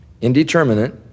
indeterminate